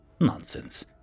nonsense